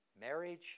Marriage